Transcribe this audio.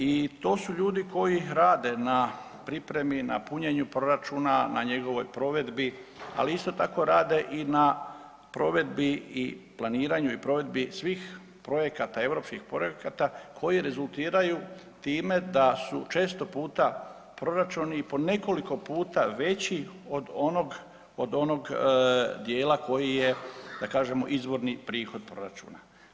I to su ljudi koji rade na pripremi, na punjenju proračuna, na njegovoj provedbi ali isto tako rade i na provedbi i planiranju svih europskih projekata koji rezultiraju time da su često puta proračuni i po nekoliko puta veći od onog dijela koji je da kažemo izvorni prihod proračuna.